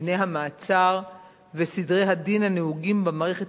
דיני המעצר וסדרי הדין הנהוגים במערכת